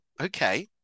Okay